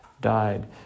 died